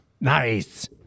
nice